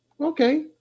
Okay